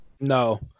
No